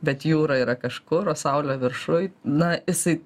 bet jūra yra kažkur o saulė viršuj na jisai